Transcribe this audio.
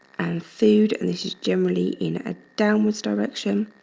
and food, and this is generally in a downwards direction